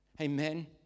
Amen